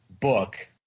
book